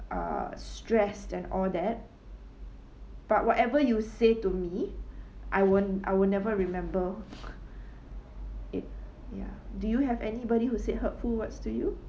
uh stressed and all that but whatever you say to me I won't I would never remember it ya do you have anybody who said hurtful words to you